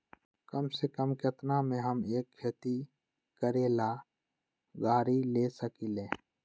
कम से कम केतना में हम एक खेती करेला गाड़ी ले सकींले?